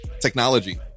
technology